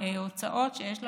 בהוצאות שיש למעסיק.